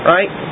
Right